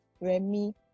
Remy